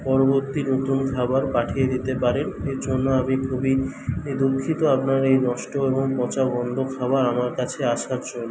পরবর্তী নতুন খাবার পাঠিয়ে দিতে পারেন এর জন্য আমি খুবই দুঃখিত আপনার এই নষ্ট এবং পচা গন্ধ খাবার আমার কাছে আসার জন্য